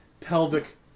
pelvic